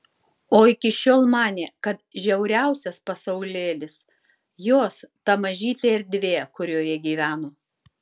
o iki šiol manė kad žiauriausias pasaulėlis jos ta mažytė erdvė kurioje gyveno